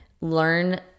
learn